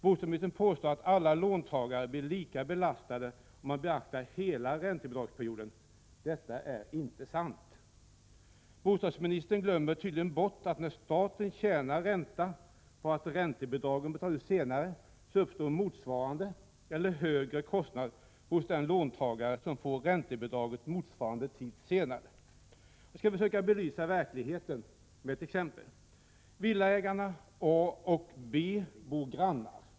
Bostadsministern påstår att alla låntagare blir lika belastade om man beaktar hela räntebidragsperioden. Detta är inte sant. Bostadsministern glömmer tydligen bort att när staten tjänar ränta på att räntebidragen betalas ut senare så uppstår motsvarande eller högre kostnad hos den låntagare som får räntebidragen motsvarande tid senare. Jag skall försöka belysa verkligheten med ett exempel. Villaägarna A och B bor grannar.